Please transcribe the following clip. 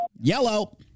Yellow